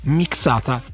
mixata